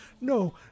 No